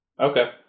Okay